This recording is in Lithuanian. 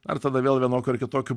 ar tada vėl vienokiu ar kitokiu